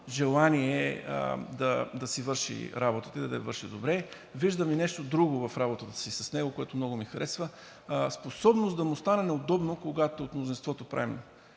желание да си върши работата и да я върши добре. Виждам и нещо друго в работата си с него, което много ми харесва – способност да му стане неудобно, когато от мнозинството правим